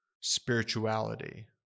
spirituality